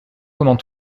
comment